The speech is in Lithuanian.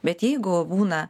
bet jeigu būna